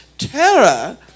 Terror